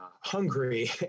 Hungary